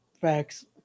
Facts